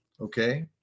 Okay